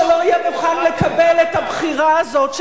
שלא יהיה מוכן לקבל את הבחירה הזאת,